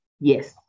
yes